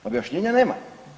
Objašnjenja nema.